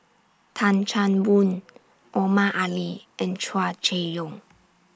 Tan Chan Boon Omar Ali and Hua Chai Yong